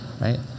Right